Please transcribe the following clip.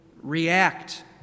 react